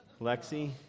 Lexi